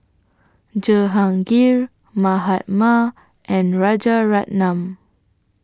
Jehangirr Mahatma and Rajaratnam